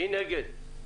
מי נגד?